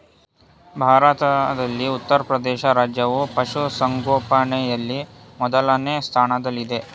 ಭಾರತದಲ್ಲಿ ಉತ್ತರಪ್ರದೇಶ ರಾಜ್ಯವು ಪಶುಸಂಗೋಪನೆಯಲ್ಲಿ ಮೊದಲನೇ ಸ್ಥಾನದಲ್ಲಿದೆ